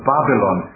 Babylon